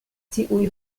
tiuj